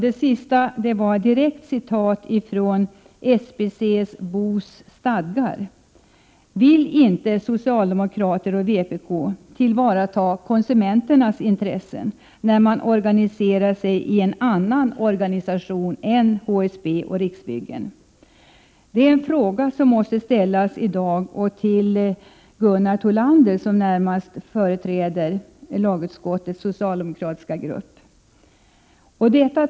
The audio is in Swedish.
Det sista var ett direkt citat ur SBC-BO:s stadgar! Vill inte socialdemokraterna och vänsterpartiet kommunisterna tillvarata konsumenternas intressen när dessa organiserar sig i en annan organisation än HSB och Riksbyggen? Det här är en fråga som måste ställas i dag till Gunnar Thollander, som närmast företräder lagutskottets socialdemokratiska ledamöter.